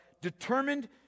determined